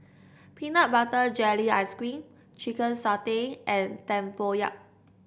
Peanut Butter Jelly Ice cream Chicken Satay and tempoyak